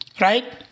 Right